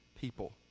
people